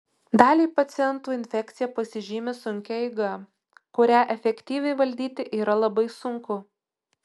daliai pacientų infekcija pasižymi sunkia eiga kurią efektyviai valdyti yra labai sunku